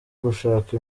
gushaka